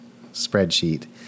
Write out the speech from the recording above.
spreadsheet